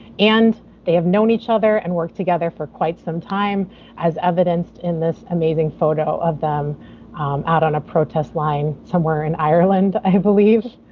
and they have known each other and worked together for quite some time as evidenced in this amazing photo of them out on a protest line somewhere in ireland i believe.